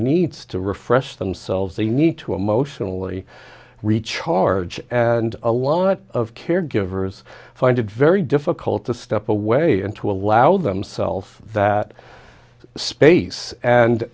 needs to refresh themselves they need to emotionally recharge and a lot of caregivers find it very difficult to step away and to allow themselves that space and